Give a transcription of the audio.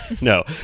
no